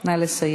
נא לסיים.